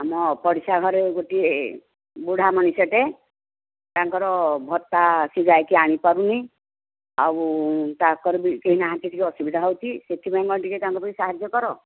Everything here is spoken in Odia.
ଆମ ପଡ଼ିଶା ଘରେ ଗୋଟିଏ ବୁଢ଼ା ମଣିଷଟେ ତାଙ୍କର ଭତ୍ତା ସେ ଯାଇକି ଆଣିପାରୁନି ଆଉ ତାଙ୍କର ବି କେହି ନାହାନ୍ତି ଟିକେ ଅସୁବିଧା ହେଉଛି ସେଥିପାଇଁ କ'ଣ ଟିକେ ତାଙ୍କୁ ସାହାଯ୍ୟ କର